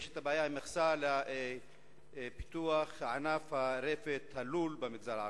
יש הבעיה עם מכסה לפיתוח ענף הרפת וענף הלול במגזר הערבי,